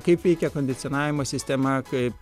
kaip veikė kondicionavimo sistema kaip